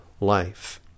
life